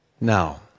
Now